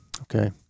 Okay